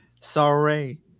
Sorry